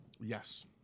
Yes